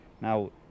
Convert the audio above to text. now